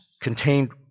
contained